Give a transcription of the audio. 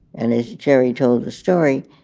and as gerry told the story,